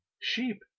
sheep